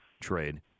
trade